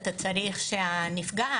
אתה צריך שהנפגעת